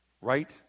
right